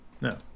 No